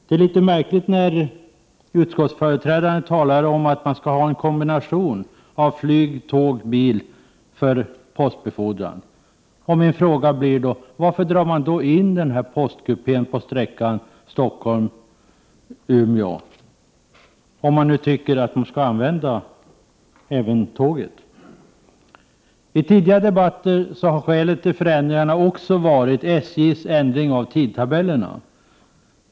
Det är märkligt att utskottets företrädare talar om att man skall ha en kombination av flyg, tåg och bil för postbefordran. Min fråga blir: Varför drar man in postkupén på sträckan Stockholm-Umeå, om man tycker att även tåget skall användas? I tidigare debatter har skälet till förändringar också angetts vara SJ:s ändring av tidtabellerna.